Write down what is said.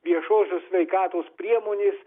viešosios sveikatos priemonės